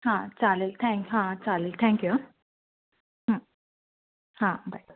हां चालेल थँ चालेल थँक्यू हां बाय